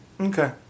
Okay